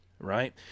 right